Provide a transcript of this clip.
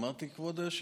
אמרתי כבוד היושב-ראש.